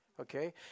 Okay